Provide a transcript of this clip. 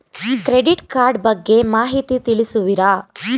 Credit card ಬಗ್ಗೆ ಮಾಹಿತಿ ತಿಳಿಸುವಿರಾ?